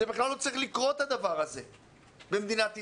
הדבר הזה בכלל לא צריך לקרות במדינת ישראל.